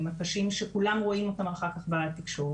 הקשים שכולם רואים אותם אחר כך בתקשורת.